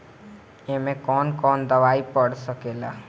ए में कौन कौन दवाई पढ़ सके ला?